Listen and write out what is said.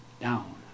down